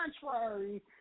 contrary